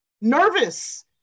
nervous